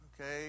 Okay